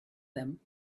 them